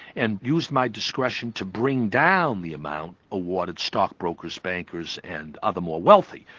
and used my discretion to bring down the amount awarded stockbrokers, bankers and other more wealthy.